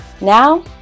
Now